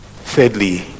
Thirdly